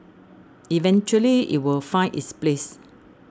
eventually it will find its place